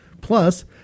Plus